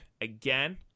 again